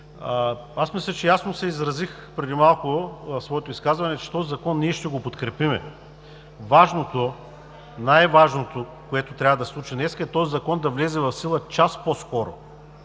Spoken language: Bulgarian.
мисля, че ясно се изразих преди малко в своето изказване, че този закон ние ще го подкрепим. Най-важното, което трябва да се случи днес, е този закон да влезе в сила час по-скоро,